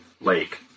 Lake